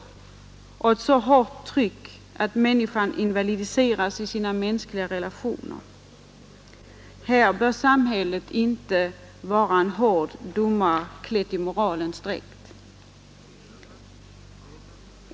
Det kan uppstå ett så hårt tryck att människan invalidiseras i sina mänskliga relationer. Här bör samhället inte vara en hård domare, klädd i moralens dräkt.